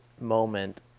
moment